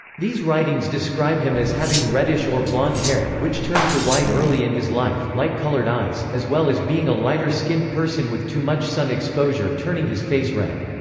these writings describe him as having reddish or blond hair, which turned to white early in his life, light colored eyes, as well as being a lighter-skinned person with too much sun exposure turning his face red.